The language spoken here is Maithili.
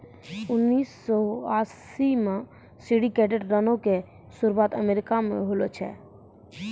उन्नीस सौ अस्सी मे सिंडिकेटेड ऋणो के शुरुआत अमेरिका से होलो छलै